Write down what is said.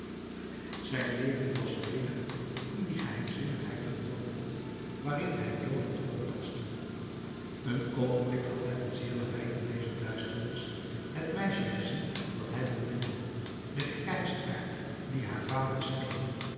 zijn leven was weder in die geheimzinnigheid gedompeld waarin hij dolend rondtastte een oogenblik had hij van zeer nabij in deze duisternis het meisje herzien dat hij beminde den grijsaard die haar vader scheen